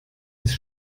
ist